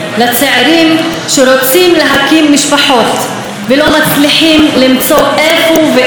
לצעירים שרוצים להקים משפחות ולא מצליחים למצוא איפה ואיך